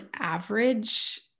average